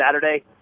Saturday